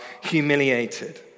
humiliated